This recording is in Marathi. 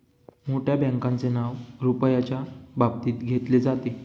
मोठ्या बँकांचे नाव रुपयाच्या बाबतीत घेतले जाते